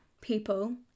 people